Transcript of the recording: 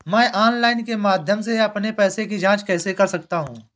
मैं ऑनलाइन के माध्यम से अपने पैसे की जाँच कैसे कर सकता हूँ?